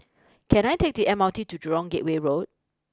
can I take the M R T to Jurong Gateway Road